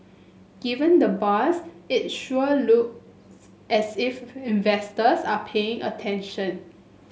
given the buzz it sure looks as if investors are paying attention